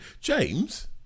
James